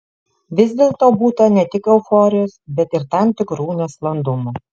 vis dėlto būta ne tik euforijos bet ir tam tikrų nesklandumų